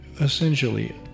essentially